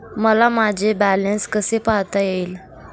मला माझे बॅलन्स कसे पाहता येईल?